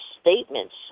statements